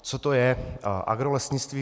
Co to je agrolesnictví?